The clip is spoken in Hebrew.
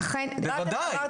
האם דרשתם את התקציב?